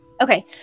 Okay